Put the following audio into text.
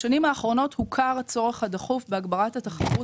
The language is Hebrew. בשנים האחרונות הוכר הצורך הדחוף בהגברת התחרות